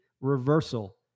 reversal